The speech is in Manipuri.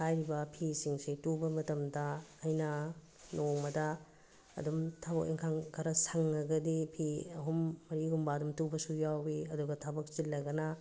ꯍꯥꯏꯔꯤꯕ ꯐꯤꯁꯤꯡꯁꯦ ꯇꯨꯕ ꯃꯇꯝꯗ ꯑꯩꯅ ꯅꯣꯡꯃꯗ ꯑꯗꯨꯝ ꯊꯕꯛ ꯏꯟꯈꯥꯡ ꯈꯔ ꯁꯪꯉꯒꯗꯤ ꯐꯤ ꯑꯍꯨꯝ ꯃꯔꯤꯒꯨꯝꯕ ꯑꯗꯨꯝ ꯇꯨꯕꯁꯨ ꯌꯥꯎꯋꯤ ꯑꯗꯨꯒ ꯊꯕꯛ ꯆꯤꯜꯂꯒꯅ